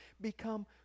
become